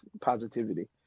positivity